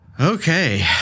okay